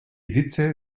sitze